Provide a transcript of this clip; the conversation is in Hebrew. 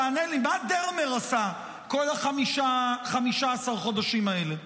תענה לי, מה דרמר עשה כל 15 החודשים האלה?